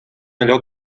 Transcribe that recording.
allò